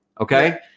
Okay